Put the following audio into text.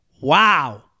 wow